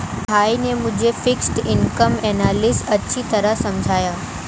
भाई ने मुझे फिक्स्ड इनकम एनालिसिस अच्छी तरह समझाया